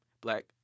black